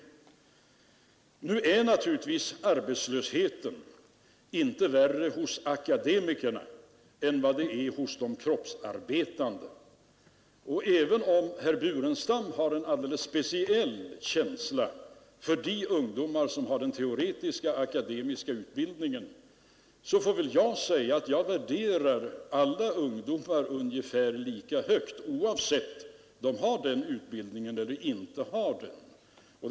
Arbetslösheten är naturligtvis inte värre hos akademikerna än hos de kroppsarbetande. Även om herr Burenstam Linder har en alldeles speciell känsla för de ungdomar som har den teoretiska akademiska utbildningen, får jag säga att jag värderar alla ungdomar ungefär lika högt oavsett om de har den utbildningen eller inte har det.